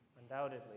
undoubtedly